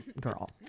girl